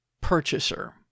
purchaser